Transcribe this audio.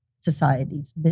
societies